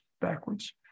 backwards